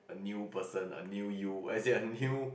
new person a new you as in a new